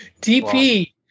dp